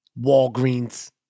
Walgreens